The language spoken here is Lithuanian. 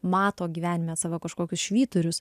mato gyvenime savo kažkokius švyturius